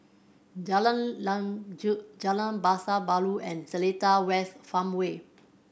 Jalan Lanjut Jalan Pasar Baru and Seletar West Farmway